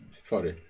stwory